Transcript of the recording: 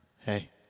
Hey